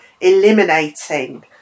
eliminating